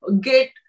get